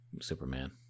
Superman